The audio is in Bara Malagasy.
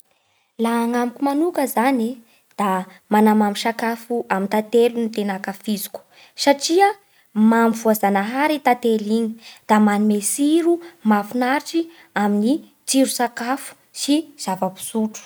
Laha agnamiko manoka zany e da manamamy sakafo amin'ny tantely no tena ankafiziko satria mamy voajanahary tantely igny. Da manome tsiro mahafinaritsy amin'ny tsiron-tsakafo sy zava-pisotro.